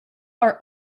are